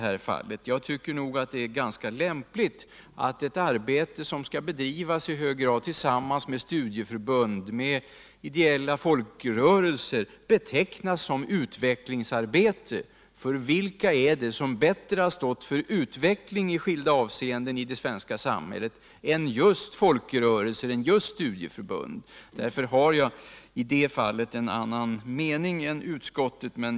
Jag tycker att det är ganska lämpligt att ett arbete som i hög grad skall bedrivas ullsammans med studieförbund och ideella folkrörelser betecknas som utvecklingsarbete, för vilka är det som har stått för utveckling i skilda avseenden i det svenska samhället om inte just folkrörelser och studieförbund? Därför har jag i det fallet en annan mening än utskottet.